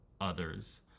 others